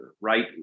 right